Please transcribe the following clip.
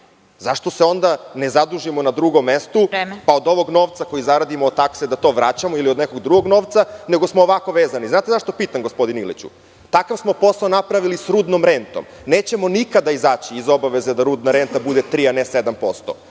Zašto se onda ne zadužimo na drugom mestu…(Predsedavajuća: Vreme.)… pa od ovog novca koji zaradimo od takse da to vraćamo, ili od nekog drugog novca, nego smo ovako vezani. Znate zašto pitam, gospodine Iliću? Takav smo posao napravili s rudnom rentom. Nećemo nikada izaći iz obaveza da rudna renta bude tri, a ne